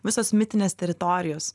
visos mitinės teritorijos